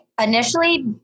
initially